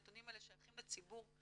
הנתונים האלה שייכים לציבור,